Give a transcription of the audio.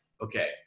okay